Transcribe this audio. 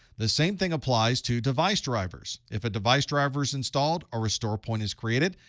the same thing applies to device drivers. if a device driver's installed, a restore point is created.